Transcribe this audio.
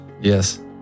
Yes